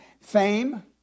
Fame